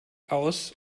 aus